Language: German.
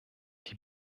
die